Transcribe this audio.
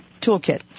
toolkit